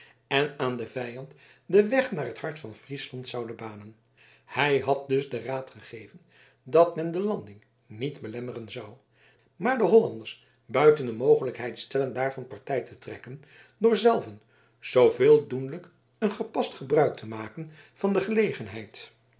en aan den vijand den weg naar t hart van friesland zoude banen hij had dus den raad gegeven dat men de landing niet belemmeren zou maar de hollanders buiten de mogelijkheid stellen daarvan partij te trekken door zelven zooveel doenlijk een gepast gebruik te maken van de gelegenheid